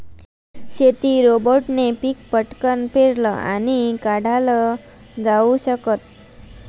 शेती रोबोटने पिक पटकन पेरलं आणि काढल जाऊ शकत